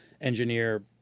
engineer